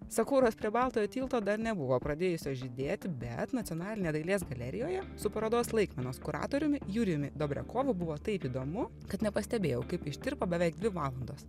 sakuros prie baltojo tilto dar nebuvo pradėjusios žydėti bet nacionalinė dailės galerijoje su parodos laikmenos kuratoriumi jurijumi dobriakovu buvo taip įdomu kad nepastebėjau kaip ištirpo beveik dvi valandos